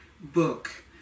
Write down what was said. book